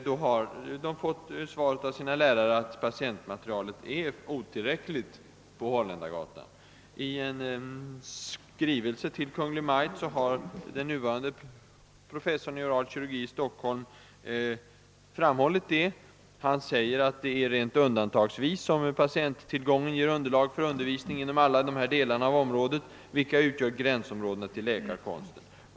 Lärarna har svarat att patientmaterialet vid Hol ländargatan är otillräckligt. I en skrivelse till Kungl. Maj:t har den nuvarande professorn i oral kirurgi i Stockholm framhållit, att patienttillgången rent undantagsvis »ger underlag för undervisning inom alla dessa delar av området vilket utgör gränsområdena till läkarkonsten.